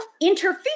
interfere